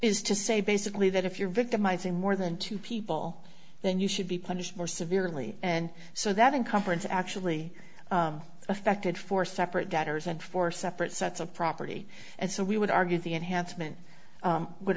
to say basically that if you're victimizing more than two people then you should be punished more severely and so that incompetence actually affected four separate debtors and four separate sets of property and so we would argue the enhancement would